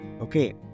okay